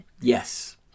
yes